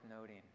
noting